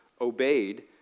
obeyed